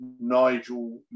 Nigel